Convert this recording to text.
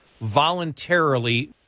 voluntarily